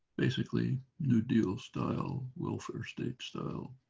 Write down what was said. basically new deal style welfare state style